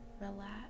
Relax